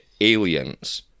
aliens